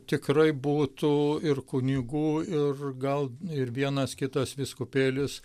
tikrai būtų ir kunigų ir gal ir vienas kitos vyskupėlis